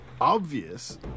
obvious